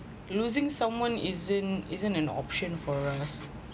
losing someone isn't isn't an option for us